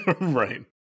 right